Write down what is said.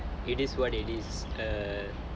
it is what it is err